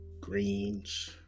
Greens